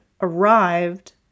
arrived